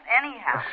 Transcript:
anyhow